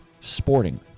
sporting